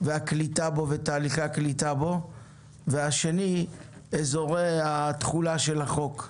הקליטה ותהליכי הקליטה בו 2. אזורי התחולה של החוק.